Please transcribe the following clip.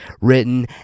written